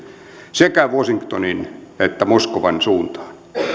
sekä washingtonin että moskovan suuntaan